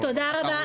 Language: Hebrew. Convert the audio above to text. תודה רבה.